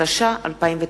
התש"ע 2009,